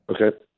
Okay